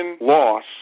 loss